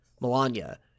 Melania